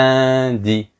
Lundi